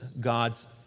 God's